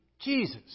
Jesus